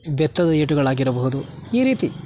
ಬೆತ್ತದ ಏಟುಗಳಾಗಿರಬಹುದು ಈ ರೀತಿ